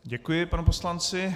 Děkuji panu poslanci.